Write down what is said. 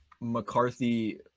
mccarthy